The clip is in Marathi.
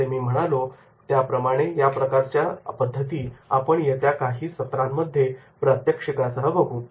जसे मी म्हणालो त्याप्रमाणे या प्रकारच्या पद्धती आपण येत्या काही सत्रांमध्ये प्रात्यक्षिकासह बघू